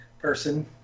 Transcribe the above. person